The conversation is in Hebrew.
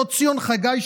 אותו ציון חגי,